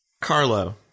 Carlo